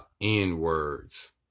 n-words